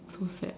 so sad